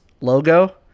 logo